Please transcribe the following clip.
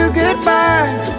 goodbye